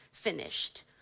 finished